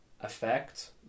effect